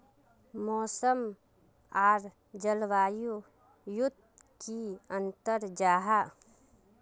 मौसम आर जलवायु युत की अंतर जाहा?